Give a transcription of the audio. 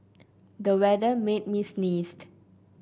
the weather made me sneezed